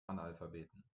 analphabeten